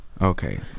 Okay